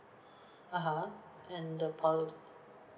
(uh huh) and the pol~